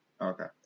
Okay